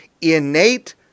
innate